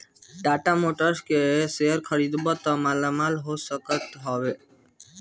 Tata motors के share खरीदबअ त मालामाल हो सकत हवअ